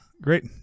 great